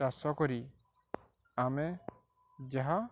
ଚାଷ କରି ଆମେ ଯାହା